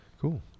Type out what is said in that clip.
Cool